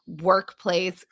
workplace